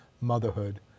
motherhood